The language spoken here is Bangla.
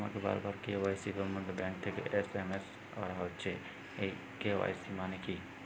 আমাকে বারবার কে.ওয়াই.সি সম্বন্ধে ব্যাংক থেকে এস.এম.এস করা হচ্ছে এই কে.ওয়াই.সি মানে কী?